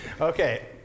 okay